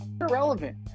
Irrelevant